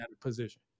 position